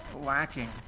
lacking